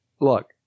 look